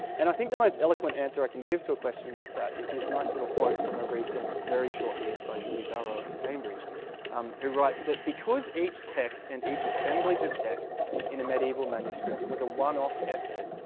and i think the most eloquent answer i can give to a question like that, is this nice little quote from a recent very short piece by julie barrow at cambridge who writes that, because each text and each assemblage of texts in a medieval manuscript was a one-off effort,